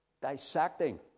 dissecting